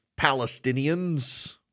Palestinians